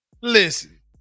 listen